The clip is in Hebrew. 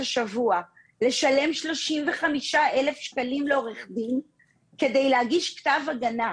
לתת עוד כלים לנציבות, לא כוח כמו שנאמר